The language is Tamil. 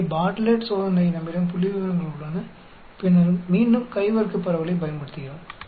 இங்கே பார்ட்லெட் சோதனை நம்மிடம் புள்ளிவிவரங்கள் உள்ளன பின்னர் மீண்டும் கை வர்க்க பரவலைப் பயன்படுத்துகிறோம்